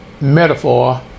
metaphor